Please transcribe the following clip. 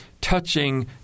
touching